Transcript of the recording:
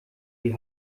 die